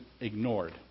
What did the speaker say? ignored